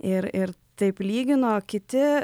ir ir taip lygino kiti